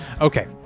Okay